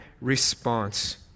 response